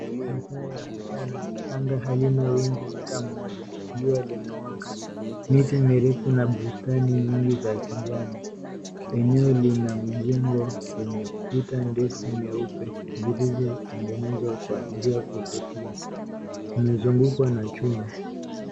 Masaa ya mchana, anga halina wingu hata moja. Jua limewaka. Miti mirefu na bustani nyingi za kijani. Eneo lina mjengo yenye kuta ndefu nyeupe zilizotengenezwa kwa njia ya kuvutia. Zimezungukwa na chuma.